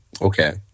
okay